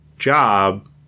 job